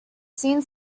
seen